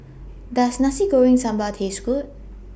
Does Nasi Goreng Sambal Taste Good